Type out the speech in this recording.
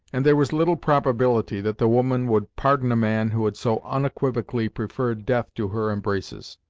and there was little probability that the woman would pardon a man who had so unequivocally preferred death to her embraces.